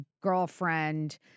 girlfriend